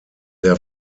der